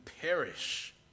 perish